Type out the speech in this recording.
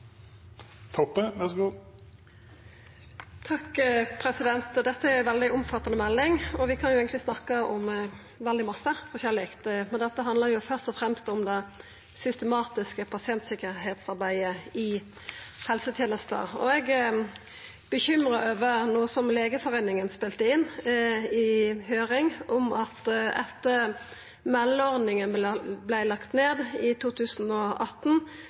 ei veldig omfattande melding, og vi kan eigentleg snakka om veldig mykje forskjellig, men dette handlar jo først og fremst om det systematiske pasienttryggleiksarbeidet i helsetenesta. Eg er bekymra over noko som Legeforeningen spelte inn i høyring, om at etter at meldeordninga vart lagd ned i 2018,